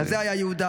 כזה היה יהודה.